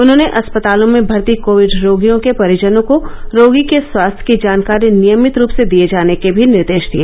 उन्होंने अस्पतालों में भर्ती कोविड रोगियों के परिजनों को रोगी के स्वास्थ्य की जानकारी नियमित रूप से दिए जाने के भी निर्देश दिए